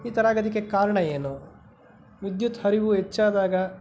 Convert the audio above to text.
ಈ ಥರ ಆಗದಕ್ಕೆ ಕಾರಣ ಏನು ವಿದ್ಯುತ್ ಹರಿವು ಹೆಚ್ಚಾದಾಗ